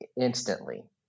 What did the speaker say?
instantly